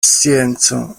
scienco